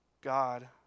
God